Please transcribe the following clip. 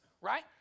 right